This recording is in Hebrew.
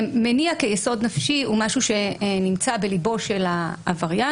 מניע כיסוד נפשי הוא משהו שנמצא בליבו של עבריין